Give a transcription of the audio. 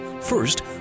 First